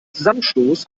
zusammenstoß